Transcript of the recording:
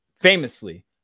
famously